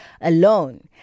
alone